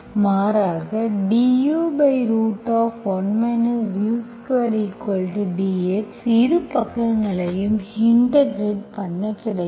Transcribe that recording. மாறாக du1 u2 dx இரு பக்கங்களையும் இன்டெகிரெட் பண்ணகிடைக்கும்